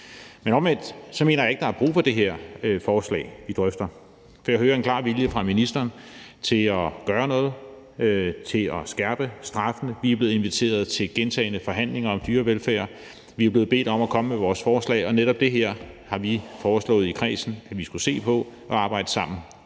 Men omvendt mener jeg ikke, at der er brug for det her forslag, vi drøfter, for jeg hører en klar vilje fra ministeren til at gøre noget og til at skærpe straffene. Vi er blevet inviteret til gentagne forhandlinger om dyrevelfærd. Vi er blevet bedt om at komme med vores forslag, og netop det her har vi i kredsen foreslået at vi skulle se på og arbejde sammen